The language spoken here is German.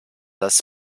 das